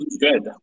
good